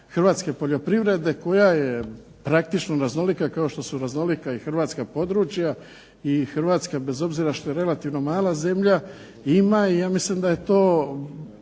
hrvatske poljoprivrede koja je praktično raznolika kao što su raznolika i hrvatska područja i Hrvatska bez obzira što je relativno mala zemlja ima i ja mislim da je to